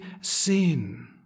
sin